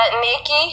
Nikki